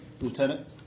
Lieutenant